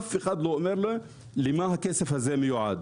אף אחד לא אומר לי למה הכסף הזה מיועד.